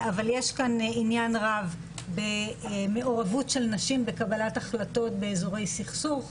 אבל יש כאן עניין רב במעורבות של נשים בקבלת החלטות באזורי סכסוך,